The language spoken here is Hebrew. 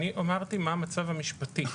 אני אמרתי מה המצב המשפטי.